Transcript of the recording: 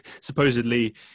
supposedly